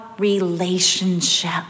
relationship